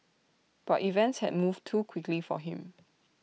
but events had moved too quickly for him